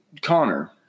Connor